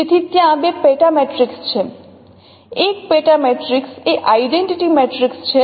તેથી ત્યાં બે પેટા મેટ્રિક્સ છે એક પેટા મેટ્રિક્સ એ આઇડેન્ટિટી મેટ્રિક્સ છે